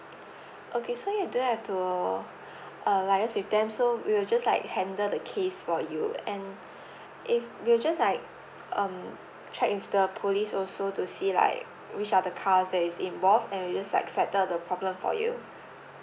okay so you don't have to uh liaise with them so we will just like handle the case for you and if we'll just like um check with the police also to see like which are the cars that is involved and we just like settle the problem for you